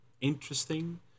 interesting